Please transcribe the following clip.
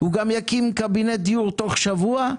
הוא גם יקים קבינט דיור בתוך שבוע,